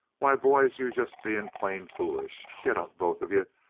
why, boys, you're just being plain foolish. get up, both of you,